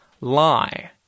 lie